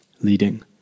leading